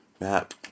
map